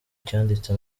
cyanditse